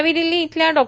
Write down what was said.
नवी दिल्ली इथल्या डॉ